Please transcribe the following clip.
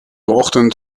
ochtend